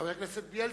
חבר הכנסת בילסקי,